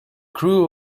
crew